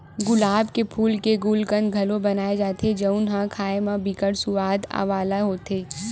गुलाब के फूल के गुलकंद घलो बनाए जाथे जउन ह खाए म बिकट सुवाद वाला होथे